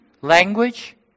language